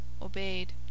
Obeyed